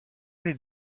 did